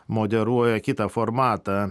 moderuoja kitą formatą